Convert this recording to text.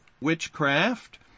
witchcraft